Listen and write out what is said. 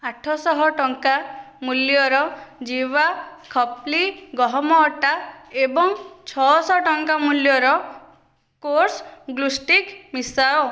ଆଠଶହ ଟଙ୍କା ମୂଲ୍ୟର ଜିୱା ଖପ୍ଲି ଗହମ ଅଟା ଏବଂ ଛଶହ ଟଙ୍କା ମୂଲ୍ୟର କୋର୍ସ୍ ଗ୍ଲୁ ଷ୍ଟିକ୍ ମିଶାଅ